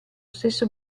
stesso